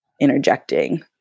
interjecting